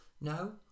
no